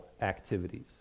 activities